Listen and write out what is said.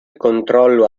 controllo